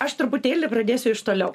aš truputėlį pradėsiu iš toliau